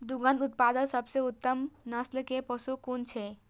दुग्ध उत्पादक सबसे उत्तम नस्ल के पशु कुन छै?